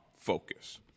focus